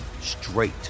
straight